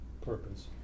purpose